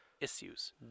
Issues